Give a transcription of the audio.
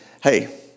hey